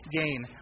gain